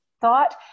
thought